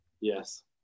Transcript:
Yes